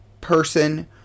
person